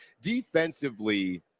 defensively